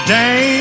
day